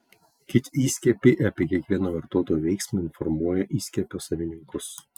kiti įskiepiai apie kiekvieną vartotojo veiksmą informuoja įskiepio savininkus